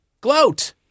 Gloat